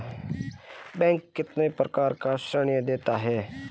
Bank कितने प्रकार के ऋण देता है?